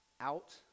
out